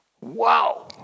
wow